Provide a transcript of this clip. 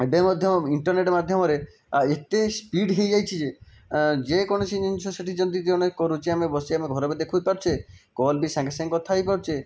ଏବେ ମଧ୍ୟ ଇଣ୍ଟରନେଟ ମାଧ୍ୟମରେ ଆଉ ଏତେ ସ୍ପିଡ଼ ହୋଇଯାଇଛି ଯେ ଯେକୌଣସି ଜିନିଷ ସେଠି ଯେମିତି ଜଣେ କରୁଛି ଆମେ ବସି ଆମେ ଘରେ ବି ଦେଖିପାରୁଛେ କଲ୍ ବି ସାଙ୍ଗେ ସାଙ୍ଗେ କଥା ହୋଇପାରୁଛେ